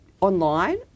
online